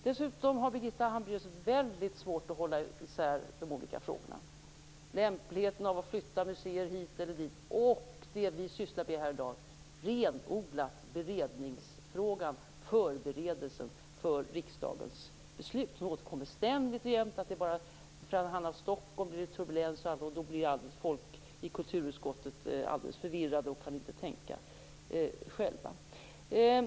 Dessutom har Birgitta Hambraeus väldigt svårt att hålla isär de olika frågorna; lämpligheten av att flytta museer hit eller dit och det vi renodlat sysslar med här i dag, nämligen beredningsfrågan, förberedelsen för riksdagens beslut. Hon återkommer ständigt till att det bara är för att det handlar om Stockholm som det blir turbulens. Då blir folk i kulturutskottet alldeles förvirrade och kan inte tänka själva.